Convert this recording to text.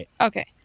Okay